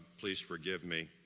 please forgive me.